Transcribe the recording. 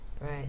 Right